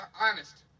honest